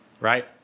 right